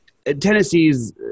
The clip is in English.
Tennessee's